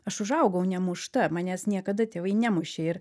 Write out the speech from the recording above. aš užaugau nemušta manęs niekada tėvai nemušė ir